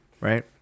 Right